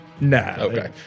Nah